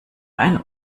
ein